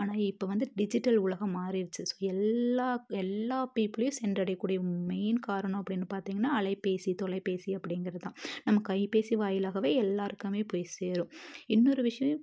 ஆனால் இப்போ வந்து டிஜிட்டல் உலகம் மாறிடுச்சி ஸோ எல்லா எல்லா பீப்பிலையும் சென்றடைய கூடிய மெயின் காரணம் அப்படினு பார்த்திங்னா அலைபேசி தொலைபேசி அப்படிங்கிறது தான் நம்ம கைபேசி வாயிலாகவே எல்லோருக்குமே போய் சேரும் இன்னொரு விஷயம்